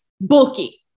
bulky